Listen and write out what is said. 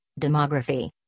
demography